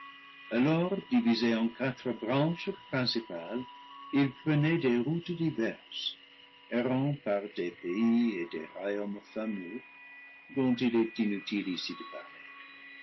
divisé en quatre branches principales il prenait des routes diverses errant par des pays et des royaumes fameux dont il est inutile ici de parler